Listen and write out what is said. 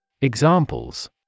Examples